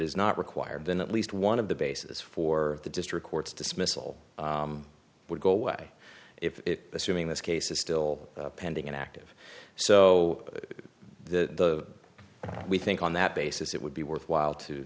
is not required then at least one of the basis for the district court's dismissal would go away if assuming this case is still pending an active so of the we think on that basis it would be worthwhile to